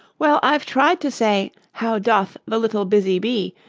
well, i've tried to say how doth the little busy bee,